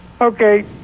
Okay